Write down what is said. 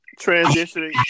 transitioning